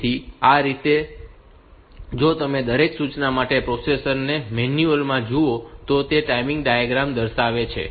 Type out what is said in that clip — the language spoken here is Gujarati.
તેથી આ રીતે જો તમે દરેક સૂચના માટે પ્રોસેસર મેન્યુઅલ માં જુઓ તો તે ટાઇમિંગ ડાયાગ્રામ દર્શાવે છે